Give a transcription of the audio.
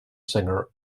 singer